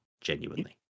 genuinely